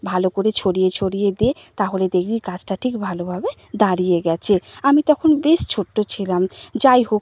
ভালো করে ছড়িয়ে ছড়িয়ে দে তাহলে দেখবি গাছটা ঠিক ভালোভাবে দাঁড়িয়ে গিয়েছে আমি তখন বেশ ছোট্টো ছিলাম যাই হোক